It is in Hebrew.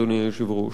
אדוני היושב-ראש,